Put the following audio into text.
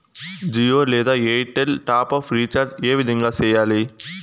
జియో లేదా Airtel top up recharge ఏ విధంగా సేయాలి